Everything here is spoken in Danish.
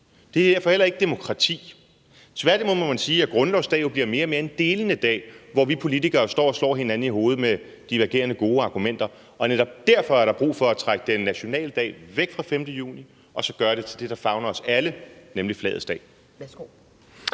det er heller ikke demokrati. Tværtimod må man sige, at grundlovsdag bliver mere og mere en delende dag, hvor vi politikere står og slår hinanden i hovedet med divergerende gode argumenter. Og netop derfor er der brug for at trække den nationale dag væk fra den 5. juni og så gøre det til det, der favner os alle, nemlig flagets dag.